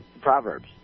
Proverbs